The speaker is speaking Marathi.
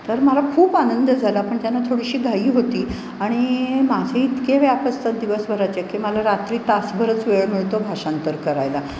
तर मला खूप आनंद झाला पण त्यांना थोडीशी घाई होती आणि माझे इतके व्याप असतात दिवसभराचे की मला रात्री तासभरच वेळ मिळतो भाषांतर करायला